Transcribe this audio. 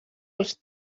els